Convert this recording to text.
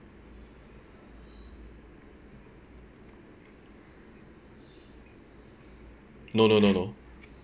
no no no no